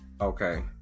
Okay